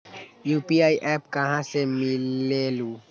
UPI app कहा से मिलेलु?